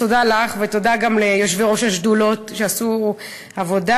אז תודה לך ותודה גם ליושבי-ראש השדולות שעשו עבודה,